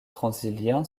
transilien